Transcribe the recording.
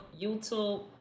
youtube